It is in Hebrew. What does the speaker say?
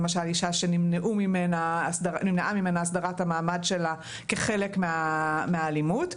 למשל אישה שנמנעה ממנה הסדרת המעמד שלה כחלק מהאלימות,